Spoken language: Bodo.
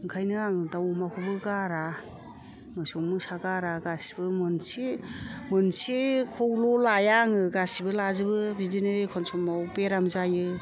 बेखायनो आं दाव अमाखौबो गारा मोसौ मोसा गारा गासिबो मोनसे मोनसेखौल' लाया आङो गासैबो लाजोबो बिदिनो एखनबा समाव बेराम जायो